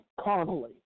carnally